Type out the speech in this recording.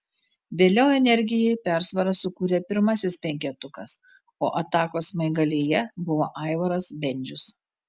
vėliau energijai persvarą sukūrė pirmasis penketukas o atakos smaigalyje buvo aivaras bendžius